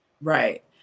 right